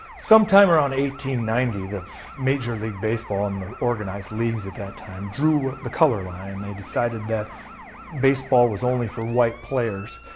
sometime around one ninety, the major league baseball and the organized leagues at that time drew the color line. they decided that baseball was only for white players.